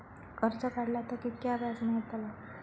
कर्ज काडला तर कीतक्या व्याज मेळतला?